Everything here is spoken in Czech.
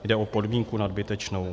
Jde o podmínku nadbytečnou.